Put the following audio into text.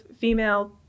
female